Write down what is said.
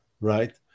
right